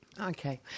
Okay